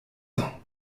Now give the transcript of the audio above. vent